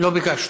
לא ביקשתי.